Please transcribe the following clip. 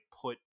put